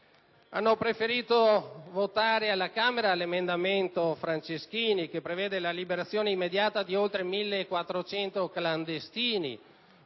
hanno preferito votare il cosiddetto emendamento Franceschini, che prevede la liberazione immediata di oltre 1.400 clandestini,